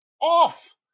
off